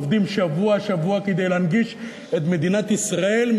עובדים שבוע-שבוע כדי להנגיש את מדינת ישראל,